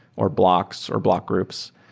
or blocks, or block groups.